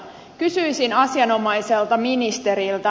kysyisin asianomaiselta ministeriltä